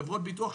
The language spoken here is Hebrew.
חברות ביטוח,